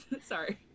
sorry